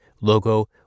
logo